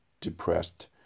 depressed